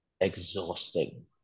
exhausting